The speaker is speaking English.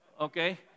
okay